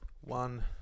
one